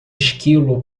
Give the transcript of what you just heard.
esquilo